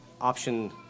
option